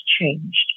changed